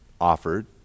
offered